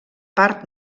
part